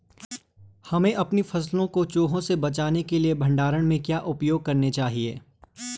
हमें अपनी फसल को चूहों से बचाने के लिए भंडारण में क्या उपाय करने चाहिए?